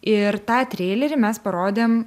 ir tą treilerį mes parodėm